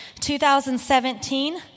2017